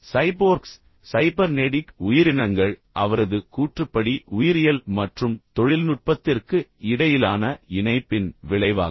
cyborgs cybernetic உயிரினங்கள் அவரது கூற்றுப்படி உயிரியல் மற்றும் தொழில்நுட்பத்திற்கு இடையிலான இணைப்பின் விளைவாகும்